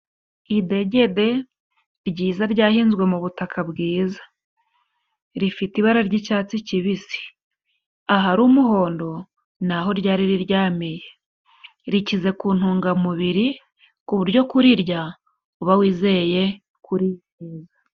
Idegede ryiza ryahinzwe mu butaka bwiza rifite ibara ry'icyatsi kibisi, ahari umuhondo naho ryari riryamiye, rikize ku ntungamubiri ku buryo kurirya uba wizeye kuri.